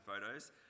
photos